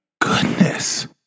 goodness